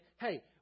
hey